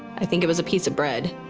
i think it was a piece of bread.